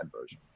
version